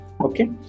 okay